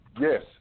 Yes